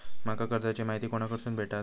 माका कर्जाची माहिती कोणाकडसून भेटात?